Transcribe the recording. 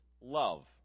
love